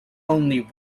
only